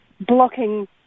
blocking